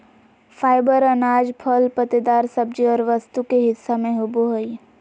fibre अनाज, फल पत्तेदार सब्जी और वस्तु के हिस्सा में होबो हइ